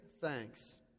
thanks